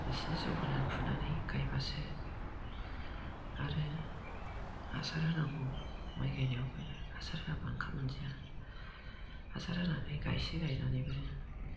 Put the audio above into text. एसे जौहोनानै फुनानै गायबासो आरो हासार होनांगौ माइ गायनायावबो हासार होआबा ओंखाम मोनजाया हासार होनानै गायसे गायनानैबो